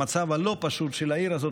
המצב הלא-פשוט של העיר הזו,